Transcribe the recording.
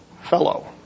fellow